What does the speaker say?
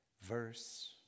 verse